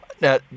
Now